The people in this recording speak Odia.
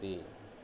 ବି